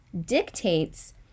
dictates